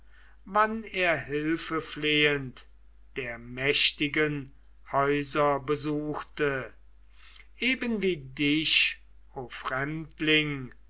wann er hilfeflehend der mächtigen häuser besuchte eben wie dich o fremdling